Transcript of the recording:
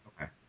Okay